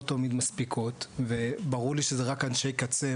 תמיד מספיקות וברור לי שזה רק אנשי קצה,